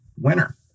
winner